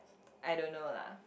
I don't know lah